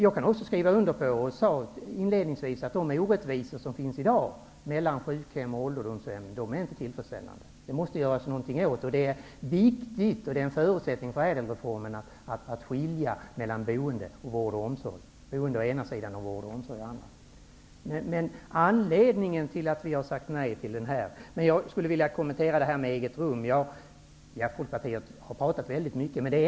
Jag sade också inledningsvis att de orättvisor som finns i dag mellan sjukhem och ålderdomshem inte är tillfredsställande. Det måste göras något åt dem. Det är viktigt, och en förutsättning för ÄDEL reformen, att skilja mellan boende å ena sidan och vård och omsorg å andra sidan. Jag skulle vilja kommentera detta med eget rum. Folkpartiet har pratat väldigt mycket om detta.